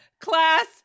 class